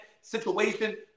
situation